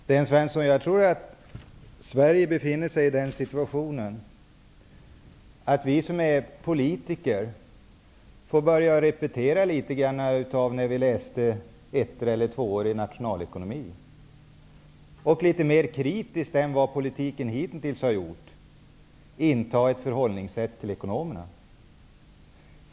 Herr talman! Jag tror, Sten Svensson, att Sverige befinner sig i en situation där vi som politiker får börja att repetera litet grand av det vi läste när vi läste ettor eller tvåor i nationalekonomi. Vi måste inta ett litet mer kritiskt förhållningsätt till ekonomerna än vad politikerna hittills har gjort.